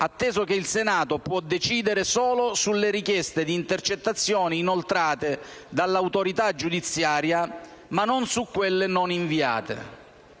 atteso che il Senato può decidere solo sulle richieste di intercettazioni inoltrate dall'autorità giudiziaria, ma non su quelle non inviate.